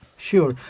Sure